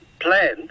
Plan